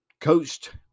coached